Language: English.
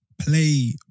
Play